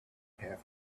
have